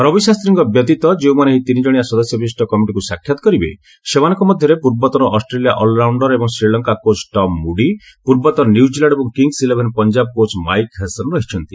ରବିଶାସ୍ତ୍ରୀଙ୍କ ବ୍ୟତୀତ ଯେଉଁମାନେ ଏହି ତିନିଜଣିଆ ସଦସ୍ୟ ବିଶିଷ୍ଟ କମିଟିକୁ ସାକ୍ଷାତ କରିବେ ସେମାନଙ୍କ ମଧ୍ୟରେ ପୂର୍ବତନ ଅଷ୍ଟ୍ରେଲିଆ ଅଲରାଉଣ୍ଡର ଏବଂ ଶ୍ରୀଲଙ୍କା କୋଚ ଟମ୍ ମୁଡି ପୂର୍ବତନ ନ୍ୟୁଜିଲାଣ୍ଡ ଏବଂ Kings eleven Punjab coach Mike Hesson ରହିଛନ୍ତି